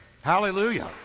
Hallelujah